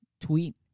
tweet